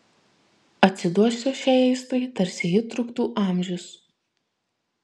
atsiduosiu šiai aistrai tarsi ji truktų amžius